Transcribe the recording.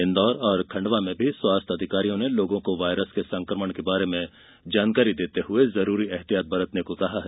इन्दौर और खंडवा में स्वास्थ्य अधिकारियों ने लोगों को वायरस के संकमण के बारे में जानकारी देते हुए जरूरी ऐहतियात बरतने को कहा है